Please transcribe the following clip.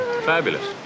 Fabulous